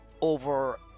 over